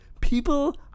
People